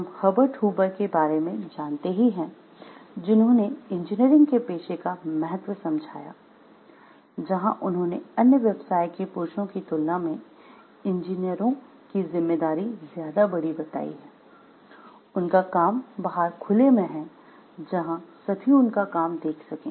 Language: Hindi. हम हर्बर्ट हूवर के बारे में जानते ही हैं जिन्होंने इंजीनियरिंग के पेशे का महत्व समझाया जहां उन्होंने अन्य व्यवसाय के पुरुषों की तुलना में इंजीनियरों की जिम्मेदारी ज्यादा बड़ी बताई है कि उनका काम बाहर खुले में है जहां सभी उनका काम देख सकें